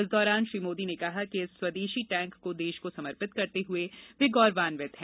इस दौरान श्री मोदी ने कहा कि इस स्वदेशी टैंक को देश को समर्पित करते हुए वे गौरवान्वित हैं